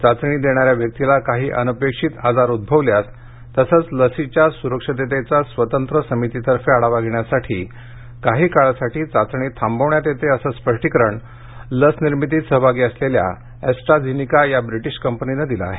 चाचणी देणाऱ्या व्यक्तीला काही अनपेक्षित आजार उद्भवल्यास तसंच लसीच्या सुरक्षिततेचा स्वतंत्र समितीतर्फे आढावा घेण्यासाठी काही काळासाठी चाचणी थांबवण्यात येते असं स्पष्टीकरण लसनिर्मितीत सहभागी असलेल्या ऍस्ट्राझिनिका या ब्रिटीश कंपनीनं दिलं आहे